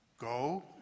go